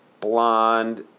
blonde